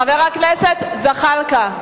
חבר כנסת חדש צריך לדאוג לאנשים.